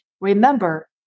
Remember